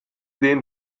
den